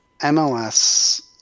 MLS